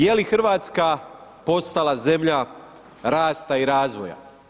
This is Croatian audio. Je li Hrvatska postala zemlja rasta i razvoja?